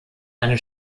eine